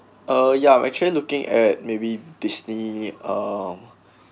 uh ya I'm actually looking at maybe Disney um